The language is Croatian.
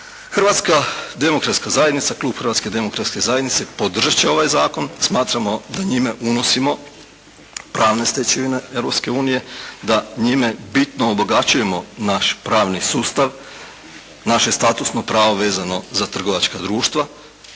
Hrvatska demokratska zajednica, klub Hrvatske demokratske zajednice podržat će ovaj zakon, smatramo da njime unosimo pravne stečevine Europske unije, da njime bitno obogaćujemo naš pravni sustav, naše statusno pravo vezano za trgovačka društva.